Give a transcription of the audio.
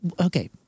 Okay